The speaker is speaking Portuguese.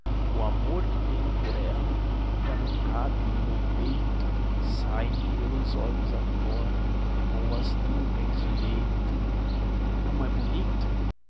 o amor que tenho por ela já não cabe no meu peito sai me pelos olhos afora voa às nuvens direito não é bonito